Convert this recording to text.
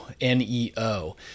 N-E-O